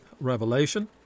revelation